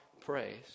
praise